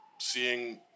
seeing